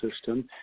system